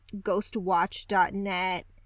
ghostwatch.net